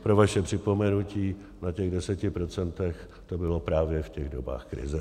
Pro vaše připomenutí, na těch deseti procentech to bylo právě v těch dobách krize.